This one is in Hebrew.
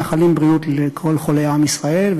מאחלים בריאות לכל חולי עם ישראל,